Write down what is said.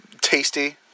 Tasty